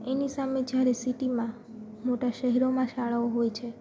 એની સામે જ્યારે સિટીમાં મોટા શહેરોમાં શાળાઓ હોય છે